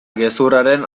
gezurraren